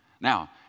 Now